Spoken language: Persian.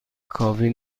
کافی